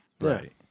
Right